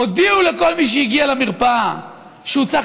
הודיעו לכל מי שהגיע למרפאה שהוא צריך